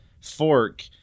fork